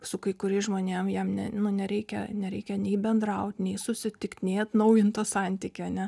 su kai kuriais žmonėm jam ne nu nereikia nereikia nei bendraut nei susitikt nei atnaujint to santykio